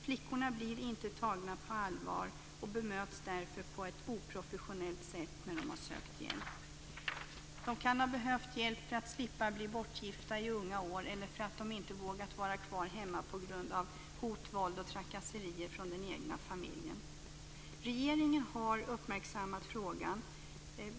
Flickorna blir inte tagna på allvar och bemöts därför på ett oprofessionellt sätt när de har sökt hjälp. De kan ha behövt hjälp för att slippa bli bortgifta i unga år eller för att de inte har vågat vara kvar hemma på grund av hot, våld och trakasserier från den egna familjen. Regeringen har uppmärksammat frågan.